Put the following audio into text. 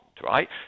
right